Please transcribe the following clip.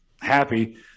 happy